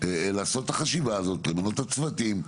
לעשות את החשיבה הזאת, למנות את הצוותים.